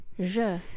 Je